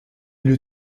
eût